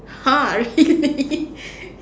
!huh! really